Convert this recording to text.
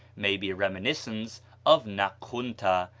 may be a reminiscence of nakhunta,